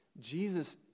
Jesus